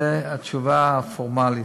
זו התשובה הפורמלית.